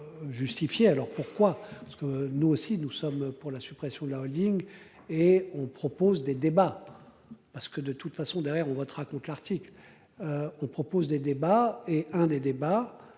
alors pourquoi parce que nous aussi nous sommes pour la suppression de la Holding et on propose des débats. Parce que de toute façon derrière on votera raconte l'article. On propose des débats et un des débats,